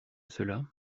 cela